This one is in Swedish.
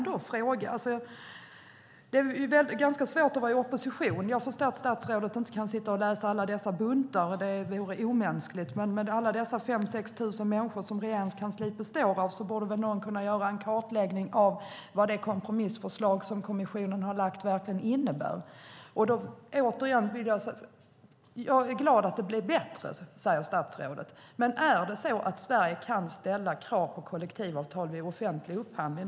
Det är svårt att vara i opposition. Jag förstår att statsrådet inte kan sitta och läsa alla dessa buntar; det vore omänskligt. Men med de ca 5 000 människor som Regeringskansliet består av borde väl någon kunna göra en kartläggning av vad det kompromissförslag som kommissionen har lagt fram verkligen innebär. Jag är glad att det blir bättre, säger statsrådet. Men kan Sverige ställa krav på kollektivavtal vid offentlig upphandling?